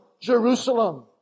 Jerusalem